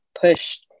push